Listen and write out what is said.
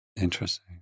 Interesting